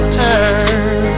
turn